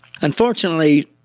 Unfortunately